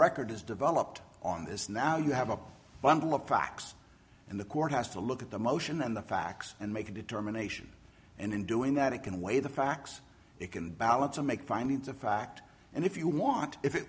record is developed on this now you have a bundle of facts and the court has to look at the motion and the facts and make a determination and in doing that it can weigh the facts it can balance and make findings of fact and if you want if it